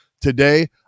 today